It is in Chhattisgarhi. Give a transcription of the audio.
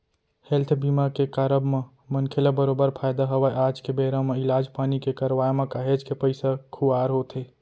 हेल्थ बीमा के कारब म मनखे ल बरोबर फायदा हवय आज के बेरा म इलाज पानी के करवाय म काहेच के पइसा खुवार होथे